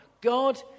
God